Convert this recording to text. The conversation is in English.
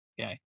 Okay